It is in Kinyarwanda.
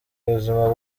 ubuzima